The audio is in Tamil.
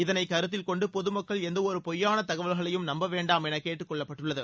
இதனை கருத்தில் கொண்டு பொதுமக்கள் எந்த ஒரு பொய்யான தகவல்களையும் நம்ப வேண்டாம் என கேட்டுக்கொள்ளப்பட்டுள்ளது